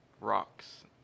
rocks